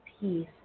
peace